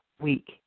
week